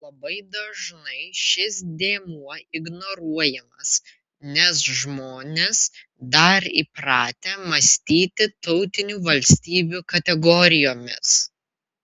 labai dažnai šis dėmuo ignoruojamas nes žmonės dar įpratę mąstyti tautinių valstybių kategorijomis